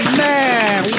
man